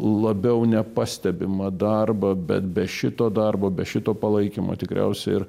labiau nepastebimą darbą bet be šito darbo be šito palaikymo tikriausiai ir